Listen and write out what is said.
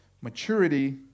maturity